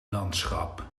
landschap